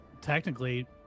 Technically